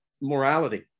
morality